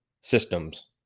systems